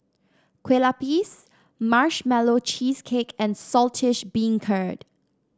Kue Lupis Marshmallow Cheesecake and Saltish Beancurd